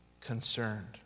concerned